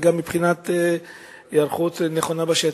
וגם מבחינת היערכות נכונה בשטח.